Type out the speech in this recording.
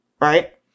right